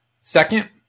Second